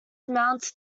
mount